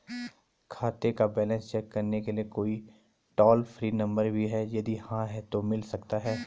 खाते का balance check करने के लिए कोई टॉल फ्री नम्बर भी है यदि हाँ तो मिल सकता है?